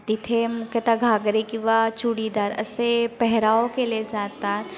तिथे मुख्यतः घागरे किंवा चुडीदार असे पेहराव केले जातात